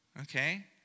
okay